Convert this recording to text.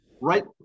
right